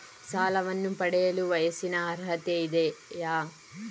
ಸಾಲವನ್ನು ಪಡೆಯಲು ವಯಸ್ಸಿನ ಅರ್ಹತೆ ಇದೆಯಾ?